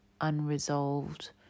unresolved